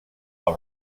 all